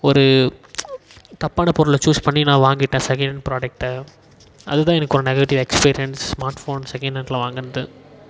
ஒரு தப்பான பொருளை சூஸ் பண்ணி நான் வாங்கிவிட்டேன் செகனண்ட் ப்ராடக்ட்டை அதுதான் எனக்கு ஒரு negative experience smart phone second handle வாங்கினது